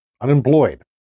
unemployed